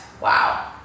wow